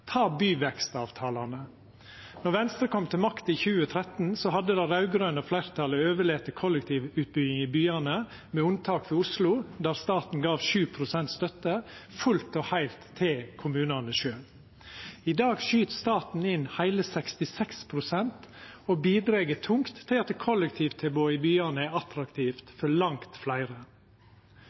Ta byvekstavtalane: Då Venstre kom til makt i 2013, hadde det raud-grøne fleirtalet overlate kollektivutbygging i byane – med unntak av Oslo, der staten gav 7 pst. støtte – fullt og heilt til kommunane sjølve. I dag skyt staten inn heile 66 pst. og bidreg tungt til at kollektivtilbodet i byane er attraktivt for langt fleire.